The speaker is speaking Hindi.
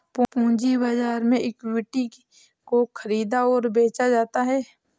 पूंजी बाजार में इक्विटी को ख़रीदा और बेचा जाता है